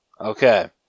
Okay